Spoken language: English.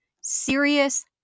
Serious